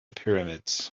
pyramids